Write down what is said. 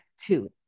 two